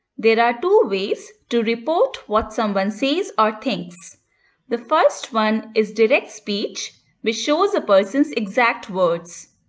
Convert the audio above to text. there are two ways to report what someone says or thinks the first one is direct speech which shows a person's exact words.